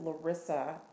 Larissa